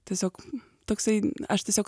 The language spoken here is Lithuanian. tiesiog toksai aš tiesiog